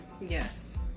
Yes